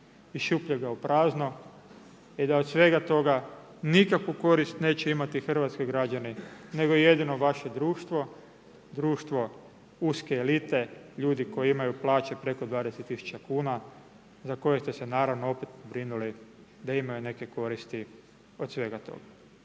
iz šupljega u prazno i da od svega toga nikakvu korist neće imati hrvatski građani, nego jedino vaše društvo, društvo uske elite, ljudi koji imaju plaće preko 20 000 kuna, za koje ste se naravno opet pobrinuli da imaju neke koristi od svega toga.